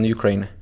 Ukraine